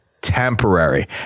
temporary